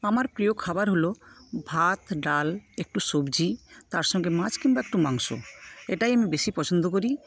আমার প্রিয় খাবার হলো ভাত ডাল একটু সবজি তার সঙ্গে মাছ কিংবা একটু মাংস এটাই আমি বেশী পছন্দ করি